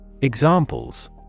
Examples